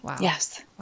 Yes